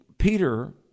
Peter